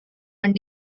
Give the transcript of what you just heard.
one